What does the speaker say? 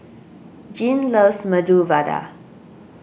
Jeane loves Medu Vada